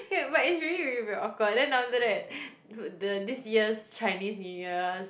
hey but it's really really very awkward then after that the this year's Chinese New Year's